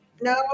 No